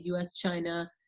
US-China